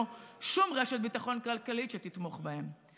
שום רשת ביטחון כלכלית שתתמוך בהם.